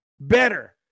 better